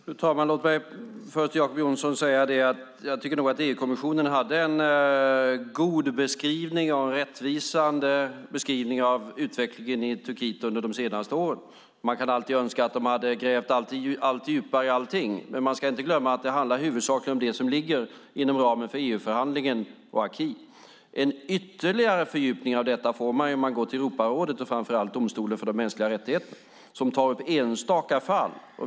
Fru talman! Låt mig först säga till Jacob Johnson att jag nog tycker att EU-kommissionen hade en god och rättvisande beskrivning av utvecklingen i Turkiet under de senaste åren. Man kan alltid önska att de hade grävt allt djupare i allting, men man ska inte glömma att det i huvudsak handlar om det som ligger inom ramen för EU-förhandlingen och aki. En ytterligare fördjupning av detta får man om man går till Europarådet och framför allt domstolen för de mänskliga rättigheterna som tar upp enstaka fall.